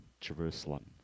Jerusalem